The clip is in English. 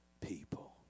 people